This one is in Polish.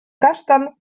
kasztan